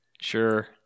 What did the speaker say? Sure